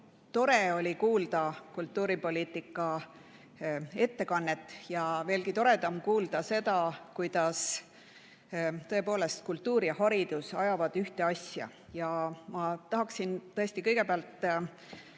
tore oli kuulda kultuuripoliitika ettekannet ja veelgi toredam oli kuulda seda, kuidas tõepoolest kultuur ja haridus ajavad ühte asja. Ma tahaksin tõesti kõigepealt